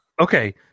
Okay